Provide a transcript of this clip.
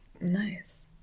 Nice